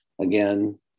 Again